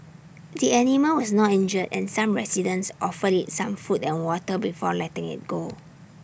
the animal was not injured and some residents offered IT some food and water before letting IT go